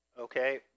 Okay